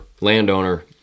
landowner